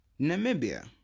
Namibia